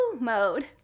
mode